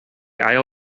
ail